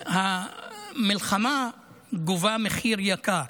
ועכשיו המלחמה גובה מחיר יקר.